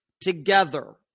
together